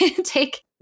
Take